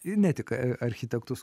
ir ne tik architektus